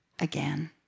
again